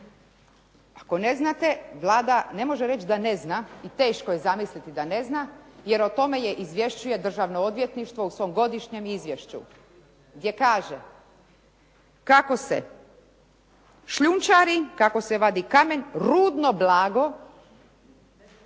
Ako ne znate Vlada ne može reći da ne zna i teško je zamisliti da ne zna jer o tome je izvješćuje Državno odvjetništvo u svom godišnjem izvješću gdje kaže kako se šljunčari, kako se vadi kamen, rudno blago